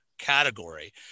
category